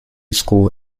school